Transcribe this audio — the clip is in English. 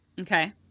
Okay